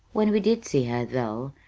when we did see her, though,